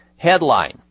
Headline